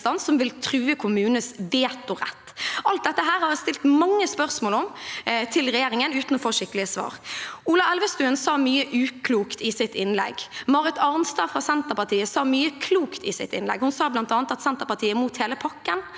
som vil true kommunenes vetorett. Alt dette har jeg stilt mange spørsmål om til regjeringen, uten å få skikkelige svar. Ola Elvestuen sa mye uklokt i sitt innlegg. Marit Arnstad fra Senterpartiet sa mye klokt i sitt innlegg. Hun sa bl.a. at Senterpartiet er mot hele pakken,